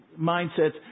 mindsets